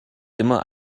immer